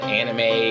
anime